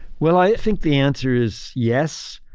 well, i think the answer is yes.